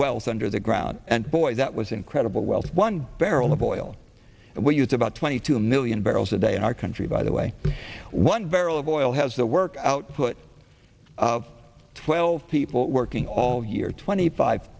wealth under the ground and boy that was incredible wealth one barrel of oil and we use about twenty two million barrels a day in our country by the way one verrall of oil has the work output of twelve people working all year twenty five